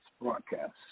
broadcast